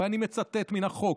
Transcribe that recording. ואני מצטט מן החוק,